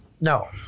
No